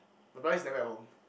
my brother is never at home